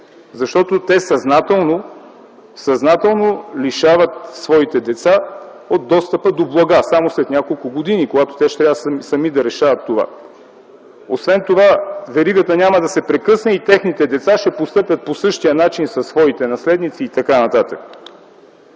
защото те съзнателно лишават своите деца от достъпа до блага. Само след няколко години те ще трябва сами да решават това. Освен това веригата няма да се прекъсне и техните деца ще постъпят по същия начин със своите наследници и т.н.